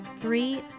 Three